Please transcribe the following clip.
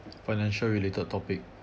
financial related topic